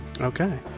Okay